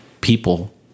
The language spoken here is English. people